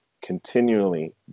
continually